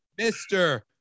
Mr